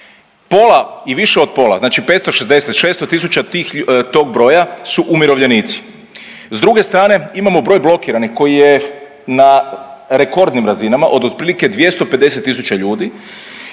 pola i više od pola znači 560.000, 600.000 tog broja su umirovljenici. S druge strane imamo broj blokiranih koji je na rekordnim razinama od otprilike 250.000 ljudi.